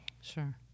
Sure